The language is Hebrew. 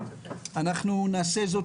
אנחנו נעשה זאת,